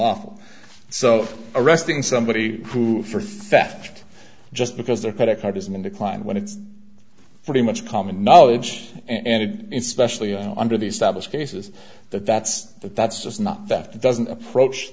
unlawful so arresting somebody who for theft just because their credit card isn't in decline when it's pretty much common knowledge and in specially under the established cases that that's the that's just not that doesn't approach